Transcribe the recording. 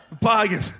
Bargain